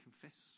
confess